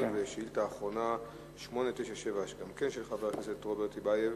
שאילתא מס' 895, של חבר הכנסת רוברט טיבייב: